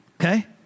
okay